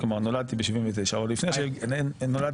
אלא יידרש התהליך של האישור,